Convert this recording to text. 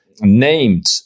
named